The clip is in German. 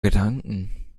gedanken